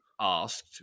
asked